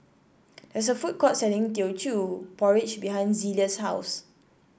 there is a food court selling Teochew Porridge behind Zelia's house